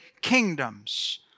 kingdoms